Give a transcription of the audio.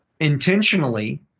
intentionally